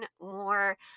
more